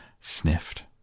sniffed